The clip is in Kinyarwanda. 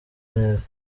neza